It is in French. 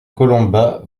colomba